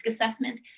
assessment